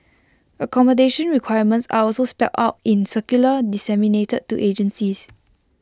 accommodation requirements are also spelt out in circulars disseminated to agencies